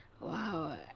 Wow